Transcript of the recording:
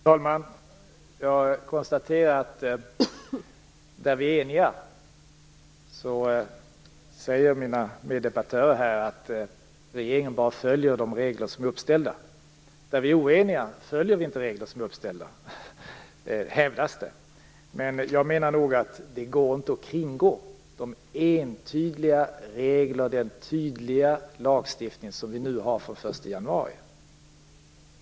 Fru talman! Jag konstaterar att där vi är eniga säger mina meddebattörer här att regeringen bara följer de regler som är uppställda och att den, där vi är oeniga, inte följer uppställda regler. Jag menar nog att det inte går att kringgå de entydiga regler och den tydliga lagstiftning som vi har fr.o.m. den 1 januari.